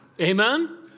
Amen